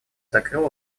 закрыл